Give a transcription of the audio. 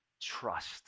trust